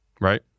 Right